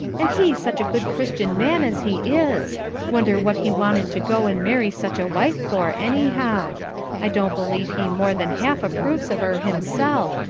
and he such a good christian man as he is wonder what he wanted to go and marry such a wife for, anyhow i don't believe he more than half approves of her himself,